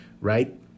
right